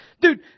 dude